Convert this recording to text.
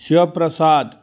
शिवप्रसादः